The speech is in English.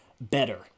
better